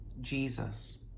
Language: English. Jesus